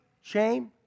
shame